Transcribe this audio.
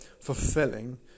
fulfilling